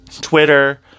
Twitter